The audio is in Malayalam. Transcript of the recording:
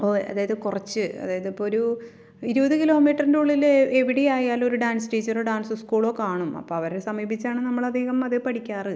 അതായത് കുറച്ച് അതായതിപ്പൊരു ഇരുപത് കിലോ മീറ്ററിൻറ്റുള്ളിൽ എവിടെയായാലും ഒരു ഡാൻസ് ടീച്ചറോ ഡാൻസ് സ്കൂളോ കാണും അപ്പോൾ അവരെ സമീപിച്ചാണ് നമ്മളധികം അത് പഠിക്കാറ്